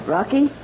Rocky